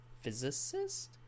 physicist